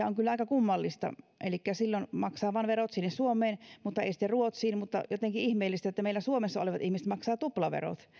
on kyllä aika kummallista elikkä silloin maksaa verot vain suomeen mutta ei ruotsiin jotenkin ihmeellistä että meillä suomessa olevat ihmiset maksavat tuplaverot